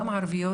גם ערביות,